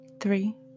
three